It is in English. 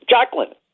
Jacqueline